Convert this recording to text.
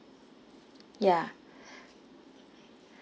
ya